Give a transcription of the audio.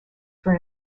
for